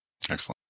Excellent